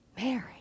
Mary